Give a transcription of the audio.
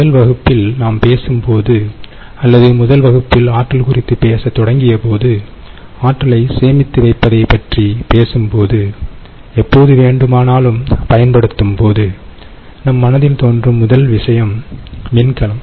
முதல் வகுப்பில் நாம் பேசும்போது அல்லது முதல் வகுப்பில் ஆற்றல் குறித்து பேசத் தொடங்கிய போது ஆற்றலைச் சேமித்து வைப்பதைப் பற்றி பேசும்போது எப்போது வேண்டுமானாலும் பயன்படுத்தும் போது நம் மனதில் தோன்றும் முதல் விஷயம் மின்கலம்